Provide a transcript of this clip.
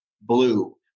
blue